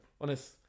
honest